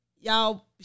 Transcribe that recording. Y'all